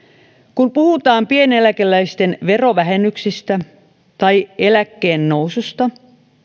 kun puhutaan pieneläkeläisten verovähennyksistä tai eläkkeen noususta